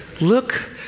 Look